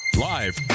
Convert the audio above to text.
Live